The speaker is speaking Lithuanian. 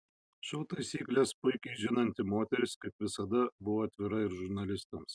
šou taisykles puikiai žinanti moteris kaip visada buvo atvira ir žurnalistams